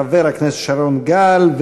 חבר הכנסת שרון גל,